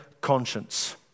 conscience